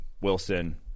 Wilson